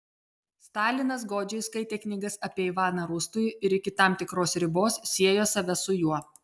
stalinas godžiai skaitė knygas apie ivaną rūstųjį ir iki tam tikros ribos siejo save su juo